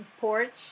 porch